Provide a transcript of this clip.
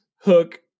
hook